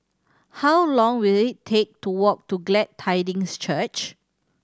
how long will it take to walk to Glad Tidings Church